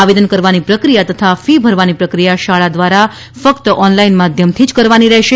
આવેદન કરવાની પ્રક્રિયા તથા ફી ભરવાની પ્રક્રિયા શાળા દ્રારા ફક્ત ઓનલાઇન માધ્યમથી જ કરવાની રહેશે